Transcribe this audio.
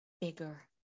bigger